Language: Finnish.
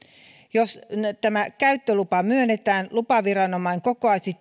jos tämä käyttölupa myönnetään lupaviranomainen kokoaisi